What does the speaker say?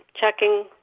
checking